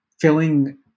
filling